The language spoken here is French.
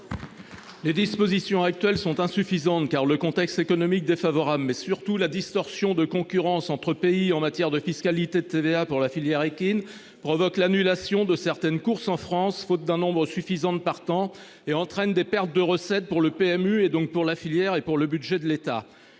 Les dispositions actuelles sont insuffisantes car le contexte économique défavorable mais surtout la distorsion de concurrence entre pays en matière de fiscalité, de TVA pour la filière équine provoque l'annulation de certaines courses en France. Faute d'un nombre suffisant de partants et entraîne des pertes de recettes pour le PMU et donc pour la filière et pour le budget de l'État